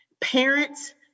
Parents